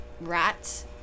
rats